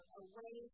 away